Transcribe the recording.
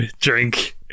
drink